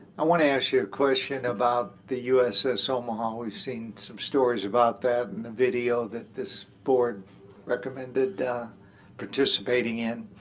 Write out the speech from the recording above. i want to ask you a question about the uss omaha. we've seen some stories about that and the video that this board recommended participating in.